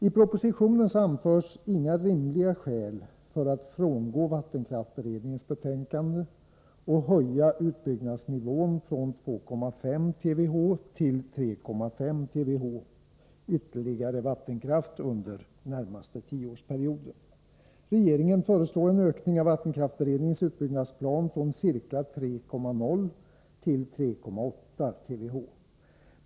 I propositionen anförs inga rimliga skäl för att frångå vattenkraftsberedningens betänkande och höja utbyggnadsnivån från 2,5 TWh till 3,5 TWh ytterligare vattenkraft under den närmaste tioårsperioden. Regeringen föreslår en ökning av vattenkraftsberedningens utbyggnadsplan från ca 3,0 till 3,8 TWh.